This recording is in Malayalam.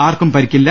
ആർക്കും പരിക്കില്ല